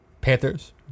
Panthers